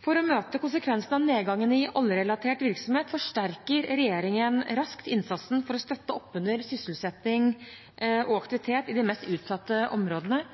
For å møte konsekvensene av nedgangen i oljerelatert virksomhet forsterker regjeringen raskt innsatsen for å støtte opp under sysselsetting og aktivitet i de mest utsatte områdene,